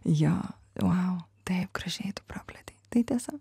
jo vau taip gražiai tu prapletiai tai tiesa